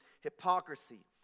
hypocrisy